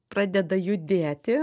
pradeda judėti